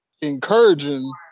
encouraging